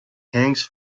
hangs